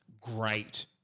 great